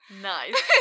Nice